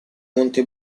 monte